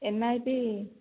N I P